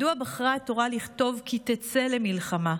מדוע בחרה התורה לכתוב "כי תצא למלחמה"?